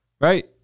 right